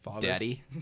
daddy